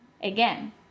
again